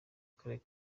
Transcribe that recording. karere